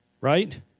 right